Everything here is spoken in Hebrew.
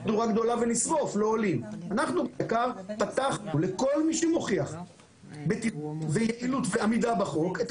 אנחנו ביק"ר פתחנו לכל מי שמוכיח טיפול ביעילות ועמידה בחוק - את